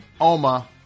Oma